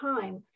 time